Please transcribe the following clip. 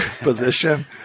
position